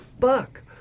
fuck